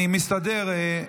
אני מסתדר.